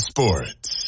Sports